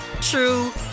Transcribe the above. true